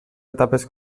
etapes